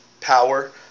power